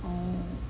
oh